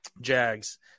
Jags